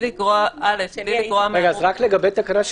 נתקדם.